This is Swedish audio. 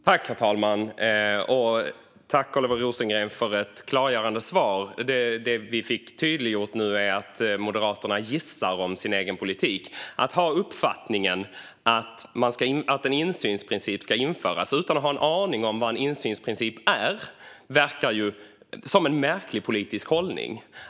Herr talman! Jag tackar Oliver Rosengren för ett klargörande svar. Det vi fick tydliggjort är att Moderaterna gissar om sin egen politik. Att ha uppfattningen att en insynsprincip ska införas utan att ha en aning om vad en insynsprincip är tycks mig som en märklig politisk hållning.